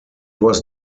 was